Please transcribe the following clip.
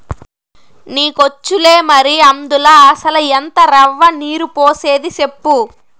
నీకొచ్చులే మరి, అందుల అసల ఎంత రవ్వ, నీరు పోసేది సెప్పు